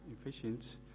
efficient